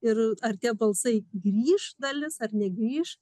ir ar tie balsai grįš dalis ar negrįš